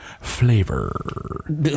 flavor